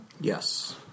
Yes